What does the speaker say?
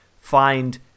find